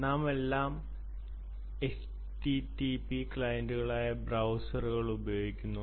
നാമെല്ലാം എച്ച്ടിടിപി ക്ലയന്റുകളായ ബ്രൌസറുകൾ ഉപയോഗിക്കുന്നു